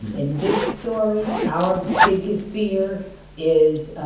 in this story, our biggest fear is